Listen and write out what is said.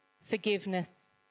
Forgiveness